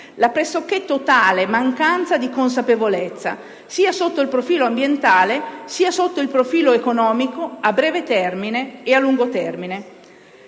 la pressoché totale mancanza di consapevolezza sia sotto il profilo ambientale sia sotto il profilo economico, a breve termine e a lungo termine.